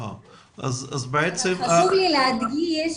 חשוב לי להדגיש,